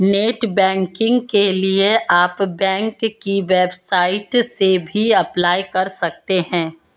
net banking के लिए आप बैंक की वेबसाइट से भी अप्लाई कर सकते है